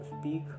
speak